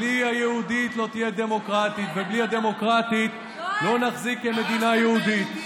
בלי היהודית לא תהיה דמוקרטית ובלי הדמוקרטית לא נחזיק כמדינה יהודית.